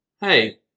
hey